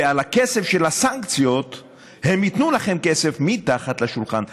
ועל הכסף של הסנקציות הם ייתנו לכם כסף מתחת לשולחן.